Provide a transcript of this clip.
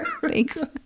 thanks